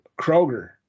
Kroger